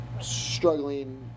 struggling